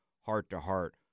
heart-to-heart